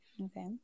Okay